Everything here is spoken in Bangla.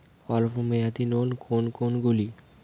অল্প মেয়াদি লোন কোন কোনগুলি?